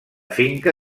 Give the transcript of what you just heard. finca